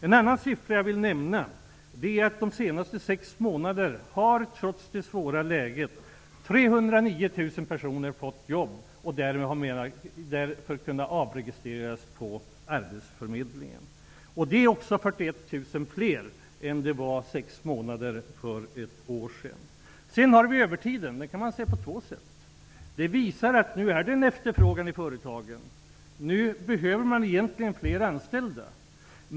En annan siffra som jag vill nämna är att under de senaste sex månaderna har, trots det svåra läget, 309 000 personer fått jobb, och därmed har de kunnat avregistreras på arbetsförmedlingen. Det är Övertiden som förekommer kan man se på två sätt. Den visar att det finns en efterfrågan i företagen, och att man egentligen behöver fler anställda.